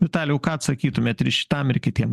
vitalijau ką atsakytumėt ir šitam ir kitiem